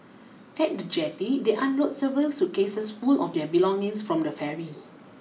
at the jetty they unload several suitcases full of their belongings from the ferry